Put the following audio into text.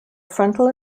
frontal